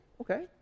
Okay